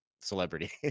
celebrity